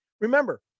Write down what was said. remember